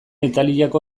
italiako